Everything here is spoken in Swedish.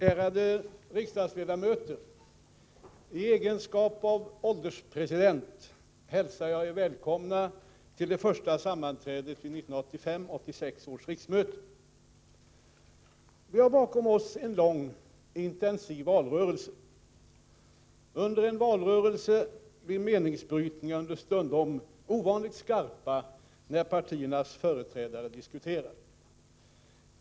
Ärade riksdagsledamöter! I egenskap av ålderspresident hälsar jag er välkomna till det första sammanträdet vid 1985/86 års riksmöte. Vi har bakom oss en lång, intensiv valrörelse. Under en valrörelse blir meningsbrytningarna understundom ovanligt skarpa när partiernas företrädare diskuterar.